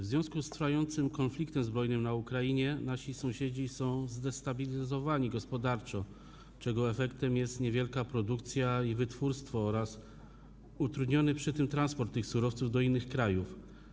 W związku z trwającym konfliktem zbrojnym na Ukrainie nasi sąsiedzi są zdestabilizowani gospodarczo, czego efektem jest niewielka produkcja i wytwórstwo oraz utrudniony przy tym transport tych surowców do innych krajów.